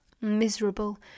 miserable